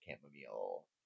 chamomile